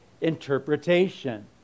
interpretation